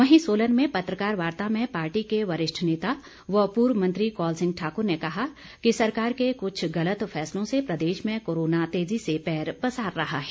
वहीं सोलन में पत्रकार वार्ता में पार्टी के वरिष्ठ नेता व पूर्व मंत्री कौल सिंह ठाक्र ने कहा कि सरकार के कुछ गलत फैसलों से प्रदेश में कोरोना तेजी से पैर पसार रहा है